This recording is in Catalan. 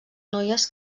noies